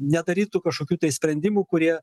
nedarytų kažkokių tai sprendimų kurie